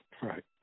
right